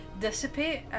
Dissipate